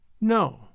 No